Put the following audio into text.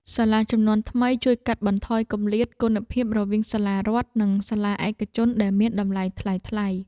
សាលារៀនជំនាន់ថ្មីជួយកាត់បន្ថយគម្លាតគុណភាពរវាងសាលារដ្ឋនិងសាលាឯកជនដែលមានតម្លៃថ្លៃៗ។